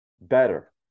better